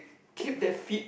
keep that feet